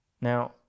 Now